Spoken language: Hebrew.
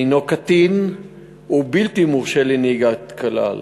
שהנו קטין ובלתי מורשה לנהיגה כלל,